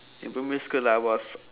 in primary school I was